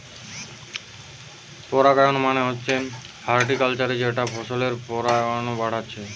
পরাগায়ন মানে হচ্ছে হর্টিকালচারে যেটা ফসলের পরাগায়ন বাড়াচ্ছে